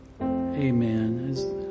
amen